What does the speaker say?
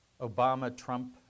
Obama-Trump